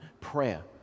prayer